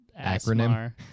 acronym